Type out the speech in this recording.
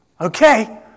Okay